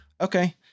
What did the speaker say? Okay